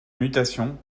mutations